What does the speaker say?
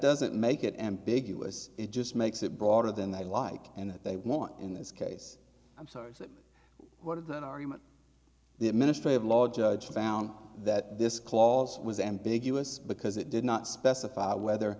doesn't make it ambiguous it just makes it broader than they like and they want in this case i'm sorry what of that argument the administrative law judge found that this clause was ambiguous because it did not specify whether